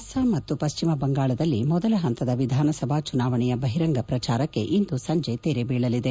ಅಸ್ಪಾಂ ಮತ್ತು ಪಶ್ಚಿಮ ಬಂಗಾಳದಲ್ಲಿ ಮೊದಲ ಹಂತದ ವಿಧಾನಸಭಾ ಚುನಾವಣೆಯ ಬಹಿರಂಗ ಪ್ರಚಾರಕ್ಕೆ ಇಂದು ಸಂಜೆ ತೆರೆಬೀಳಲಿದೆ